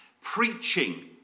preaching